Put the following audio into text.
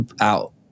out